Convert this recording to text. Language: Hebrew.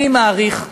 אני מעריך,